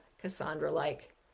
Cassandra-like